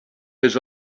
his